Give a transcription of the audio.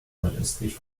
nordöstlich